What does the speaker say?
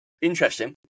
Interesting